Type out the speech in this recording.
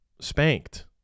spanked